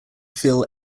feel